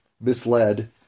misled